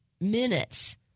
minutes